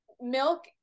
milk